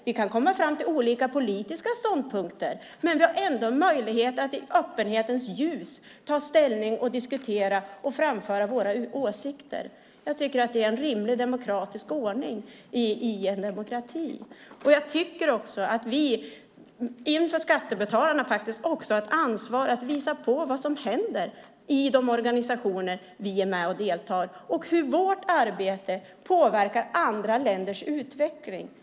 Vi kan komma fram till olika politiska ståndpunkter, men vi har ändå en möjlighet att i öppenhetens ljus ta ställning, diskutera och framföra våra åsikter. Det är en rimlig demokratisk ordning i en demokrati. Jag tycker också att vi inför skattebetalarna har ett ansvar att visa på vad som händer i de organisationer som vi är med och deltar i och hur vårt arbete påverkar andra länders utveckling.